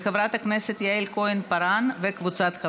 לא